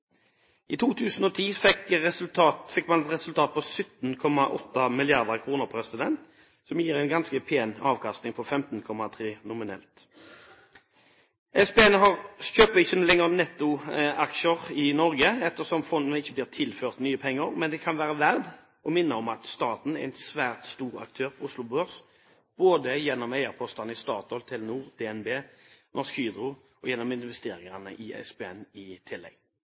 I 2010 fikk man et resultat på kr. 17,8 mrd. kr, som gir en ganske pen avkastning på 15,3 pst. nominelt. SPN kjøper ikke lenger netto aksjer i Norge, ettersom fondet ikke blir tilført nye penger. Men det kan være verdt å minne om at staten er en svært stor aktør på Oslo Børs, både gjennom eierpostene i Statoil, Telenor, DnB NOR, Norsk Hydro og gjennom investeringene i SPN i tillegg.